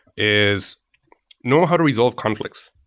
is know how to resolve conflicts.